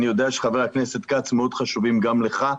אני יודע שהם מאוד חשובים גם לך,